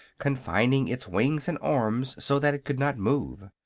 confining its wings and arms so that it could not move.